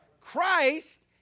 Christ